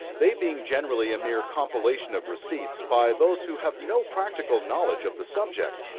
they being generally a mere compilation of receipts, by those who have no practical knowledge of the subject,